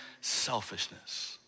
selfishness